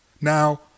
Now